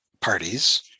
parties